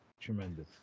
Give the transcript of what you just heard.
tremendous